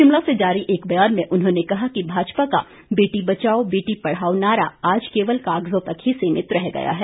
शिमला से जारी एक ब्यान में उन्होंने कहा कि भाजपा का बेटी बचाओ बेटी पढ़ाओ नारा आज केवल कागजों तक ही सीमित रह गया है